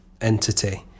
entity